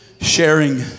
Sharing